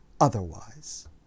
otherwise